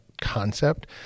concept